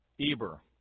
Eber